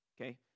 okay